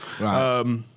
Right